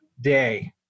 day